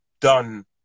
done